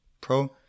Pro